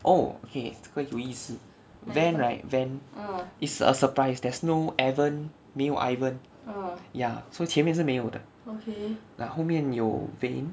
oh okay 这个有意思 van right van is a surprised there's no evan 没有 ivan ya so 前面是没有的后面有 vane